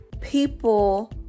people